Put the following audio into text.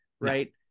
right